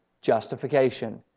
justification